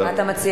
מה אתה מציע?